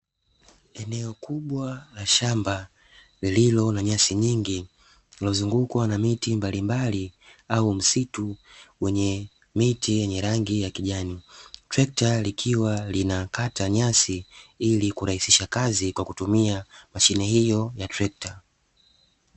Eneo kubwa la shamba lililo na nyasi nyingi lililozungukwa na miti mbalimbali au msitu wenye miti yenye rangi ya kijani, trekta likiwa linakata nyasi ili kurahisisha kazi kwa kutumia mashine hiyo ya trekta.